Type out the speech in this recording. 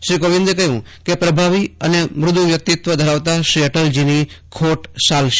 શ્રી કોવિંદે કહ્યું કેપ્રભાવી અને મૂદુ વ્યક્તિત્વ ધરાવતા શ્રી અટલજીની ખોટ સાલશે